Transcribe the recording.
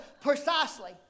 precisely